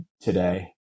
today